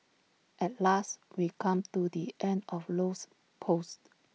at last we come to the end of Low's post